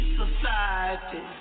society